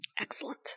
Excellent